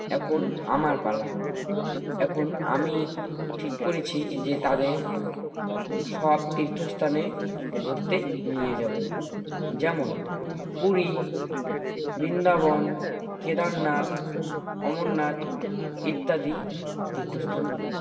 এখন আমার পালা এখন আমি ঠিক করেছি যে তাদের সব তীর্থস্থানে ঘুরতে নিয়ে যাবো যেমন পুরী বৃন্দাবন কেদারনাথ অমরনাথ ইত্যাদি তীর্থস্থানগুলো